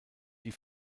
die